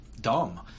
dumb